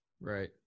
Right